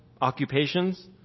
occupations